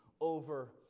over